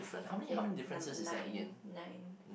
okay number nine nine